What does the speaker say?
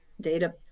data